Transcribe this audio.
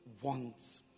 wants